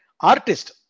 artist